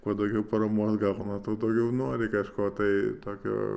kuo daugiau paramos gauna tuo daugiau nori kažko tai tokio